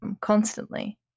constantly